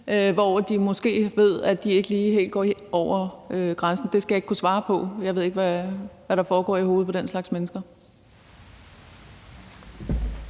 hvor de ved at de ikke helt går over grænsen. Det skal jeg ikke kunne svare på. Jeg ved ikke, hvad der foregår i hovedet på den slags mennesker.